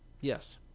Yes